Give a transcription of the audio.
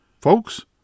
Folks